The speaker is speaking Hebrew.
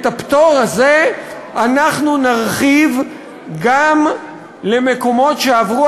את הפטור הזה אנחנו נרחיב גם למקומות שעברו